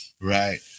Right